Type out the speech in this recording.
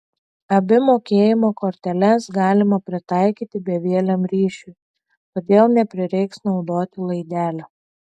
abi mokėjimo korteles galima pritaikyti bevieliam ryšiui todėl neprireiks naudoti laidelio